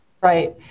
Right